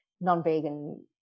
non-vegan